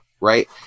right